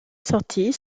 sortie